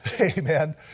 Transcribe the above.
Amen